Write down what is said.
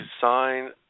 sign